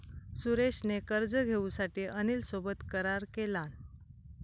सुरेश ने कर्ज घेऊसाठी अनिल सोबत करार केलान